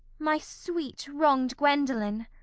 my sweet wronged gwendolen!